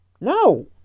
No